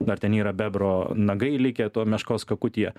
ar ten yra bebro nagai likę tuo meškos kakutyje